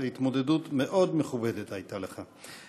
התמודדות מאוד מכובדת הייתה לך.